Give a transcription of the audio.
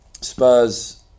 Spurs